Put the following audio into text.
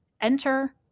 Enter